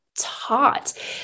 Taught